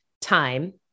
time